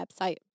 website